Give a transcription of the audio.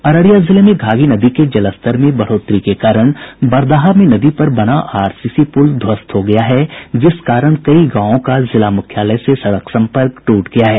अररिया जिले में घाघी नदी के जलस्तर में बढ़ोतरी के कारण बरदाहा में नदी पर बना आरसीसी पुल ध्वस्त हो गया है जिस कारण कई गांवों का जिला मुख्यालय से सड़क सम्पर्क टूट गया है